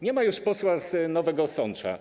Nie ma już posła z Nowego Sącza.